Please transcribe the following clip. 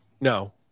No